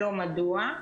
המיוחד.